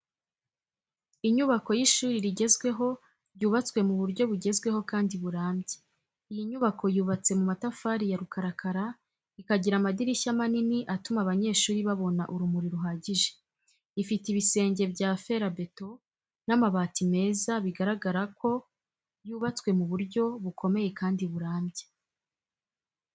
Inyubako y’ishuri rigezweho ryubatswe mu buryo bugezweho kandi burambye. Iyi nyubako yubatse mu matafari ya rukarakara, ikagira amadirishya manini atuma abanyeshuri babona urumuri ruhagije. Ifite ibisenge bya ferabeto n’amabati meza bigaragaza ko yubatswe mu buryo bukomeye kandi burambye.